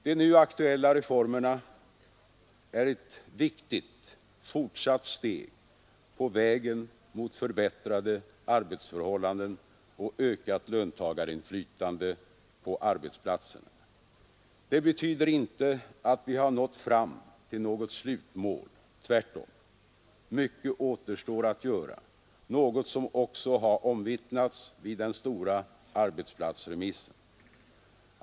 De nu aktuella reformerna är ett viktigt fortsatt steg på vägen mot förbättrade arbetsförhållanden och ökat löntagarinflytande på arbetsplatserna. Det betyder inte att vi har nått fram till något slutmål. Tvärtom: mycket återstår att göra, något som också har omvittnats vid den stora arbetsplatsremissen.